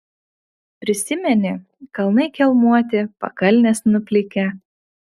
prisimeni kalnai kelmuoti pakalnės nuplikę